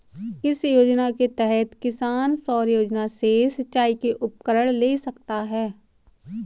किस योजना के तहत किसान सौर ऊर्जा से सिंचाई के उपकरण ले सकता है?